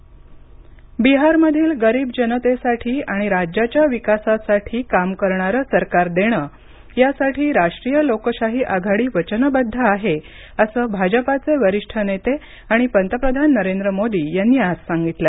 पंतप्रधान प्रचार बिहारमधील गरीब जनतेसाठी आणि राज्याच्या विकासासाठी काम करणारं सरकार देणं यासाठी राष्ट्रीय लोकशाही आघाडी वचनबद्ध आहे असं भाजपाचे वरिष्ठ नेते आणि पंतप्रधान नरेंद्र मोदी यांनी आज सांगितलं